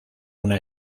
una